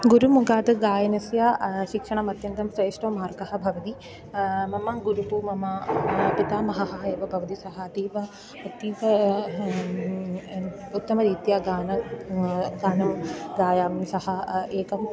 गुरुमुकात् गायनस्य शिक्षणम् अत्यन्तं श्रेष्ठमार्गः भवति मम गुरुः मम पितामहः एव भवति सः अतीव अतीव उत्तमरीत्या गानं गानं गायामि सः एकम्